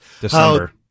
December